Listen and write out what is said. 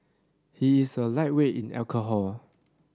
he is a lightweight in alcohol